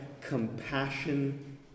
compassion